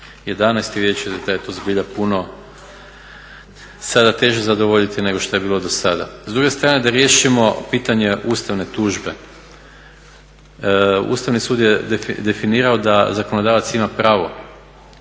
11.i vidjet ćete da je to sada puno teže zadovoljiti nego što je bilo do sada. S druge strane da riješimo pitanje ustavne tužbe. Ustavni sud je definirao da zakonodavac ima pravo